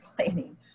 planning